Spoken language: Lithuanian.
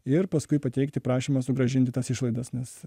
ir paskui pateikti prašymą sugrąžinti tas išlaidas nes